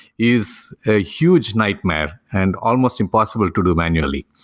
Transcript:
is a huge nightmare and almost impossible to do manually,